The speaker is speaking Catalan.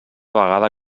vegada